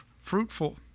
fruitful